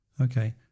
Okay